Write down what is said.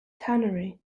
tannery